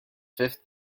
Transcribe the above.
fifth